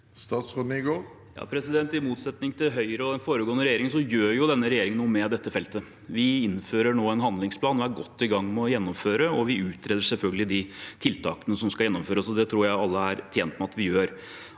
Statsråd Jon-Ivar Nygård I motsetning til Høyre og den foregående regjeringen så gjør denne regjeringen noe med dette feltet. Vi innfører nå en handlingsplan og er godt i gang med å gjennomføre, og vi utreder selvfølgelig de tiltakene som skal gjennomføres. Det tror jeg alle er tjent med at vi gjør.